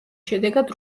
შედეგად